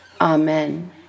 Amen